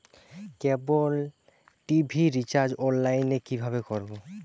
কেবল TV recharge online এ কিভাবে করব?